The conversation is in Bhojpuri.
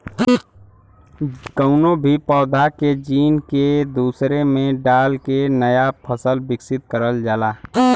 कउनो भी पौधा के जीन के दूसरे में डाल के नया फसल विकसित करल जाला